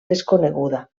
desconeguda